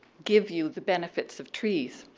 give you the benefits of trees.